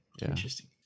interesting